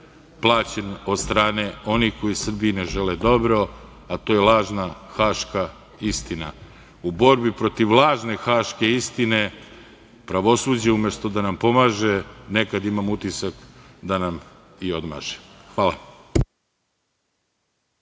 plaćen od strane onih koji Srbiji ne žele dobro, a to je lažna haška istina. U borbi protiv lažne haške istine, pravosuđe umesto da nam pomaže, nekad imam utisak da nam i odmaže. Hvala.